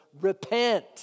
repent